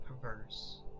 perverse